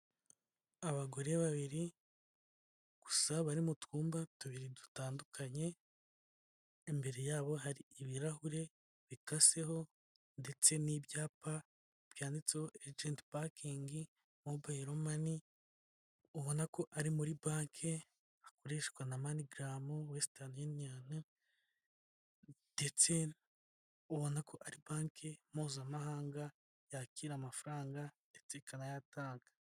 Abagore babiri gusa bari mu twumba tubiri dutandukanye imbere yabo hari ibirahure bikaseho ndetse n'ibyapa byanditseho egenti paking mobile mani, ubona ko ari muri banki hakoreshwa na manigramu, wesitani uniyoni ndetse ubona ko ari banki mpuzamahanga yakira amafaranga ndetse ikanayatanga.